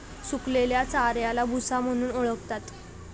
सुकलेल्या चाऱ्याला भुसा म्हणून ओळखतात